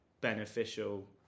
beneficial